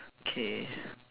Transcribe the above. okay